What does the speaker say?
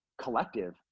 collective